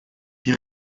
die